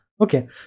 Okay